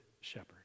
shepherd